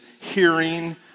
hearing